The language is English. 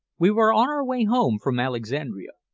we were on our way home from alexandria.